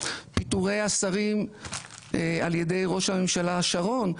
פיטורי השרים על ידי ראש הממשלה שרון,